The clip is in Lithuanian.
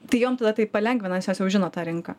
tai jom tada tai palengvina nes jos jau žino tą rinką